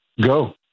go